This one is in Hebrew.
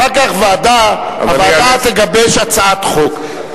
אחר כך הוועדה תגבש הצעת חוק,